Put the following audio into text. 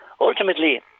ultimately